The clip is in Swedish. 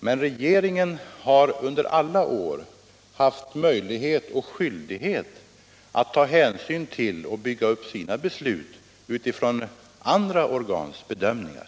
Men regeringen har under alla år haft möjlighet och skyldighet att ta hänsyn till och grunda sina beslut på andra organs bedömningar.